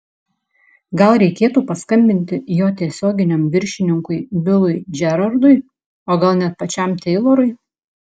gal reikėtų paskambinti jo tiesioginiam viršininkui bilui džerardui o gal net pačiam teilorui